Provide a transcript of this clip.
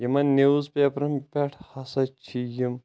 یِمن نِوٕز پیپرَن پٮ۪ٹھ ہسا چھِ یِم